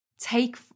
take